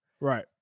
Right